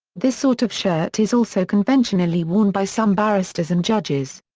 this sort of shirt is also conventionally worn by some barristers and judges.